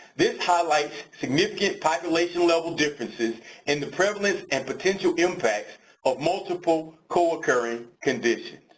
this highlights significant population level differences in the prevalent and potential impacts of multiple co-occurring conditions.